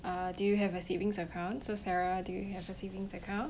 uh do you have a savings account so sarah do you have a savings account